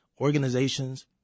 organizations